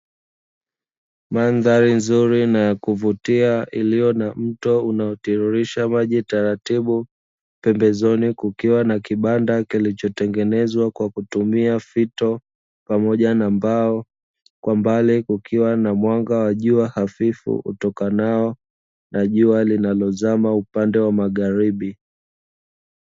Mandhari nzuri na ya kuvutia iliyo na mto unaotiririsha maji taratibu, pembezoni kukiwa na kibanda kilichotengenezwa kwa kutumia fito pamoja na mbao, kwa mbali kukiwa na mwanga wa jua hafifu utokanao na jua linalozama upande wa magharibi.